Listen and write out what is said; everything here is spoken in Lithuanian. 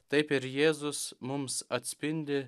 taip ir jėzus mums atspindi